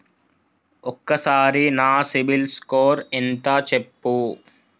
ఒక్కసారి నా సిబిల్ స్కోర్ ఎంత చెప్పు?